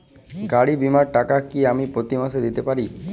গাড়ী বীমার টাকা কি আমি প্রতি মাসে দিতে পারি?